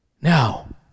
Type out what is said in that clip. Now